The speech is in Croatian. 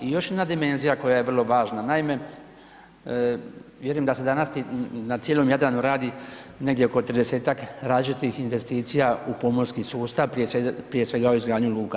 I još jedna dimenzija koja je vrlo važna, naime, vjerujem da se ... na cijelom Jadranu radi negdje oko 30-ak različitih investicija u pomorski sustav, prije svega u izgradnju luka.